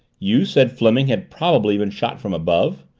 you said fleming had probably been shot from above?